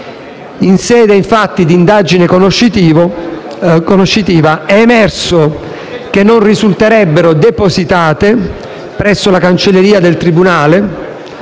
In sede di indagine conoscitiva, infatti, è emerso che non risulterebbero depositate, presso la cancelleria del tribunale,